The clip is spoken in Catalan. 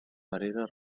perera